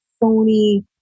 phony